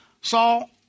Saul